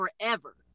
forever